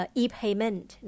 e-payment